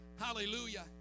Hallelujah